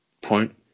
point